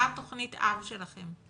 מה תכנית האב שלכם?